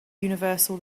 universal